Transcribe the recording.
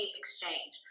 exchange